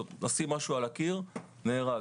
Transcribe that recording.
לשים משהו על הקיר ונהרג,